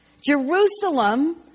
Jerusalem